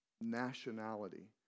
nationality